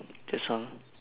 that's all